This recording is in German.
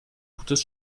gutes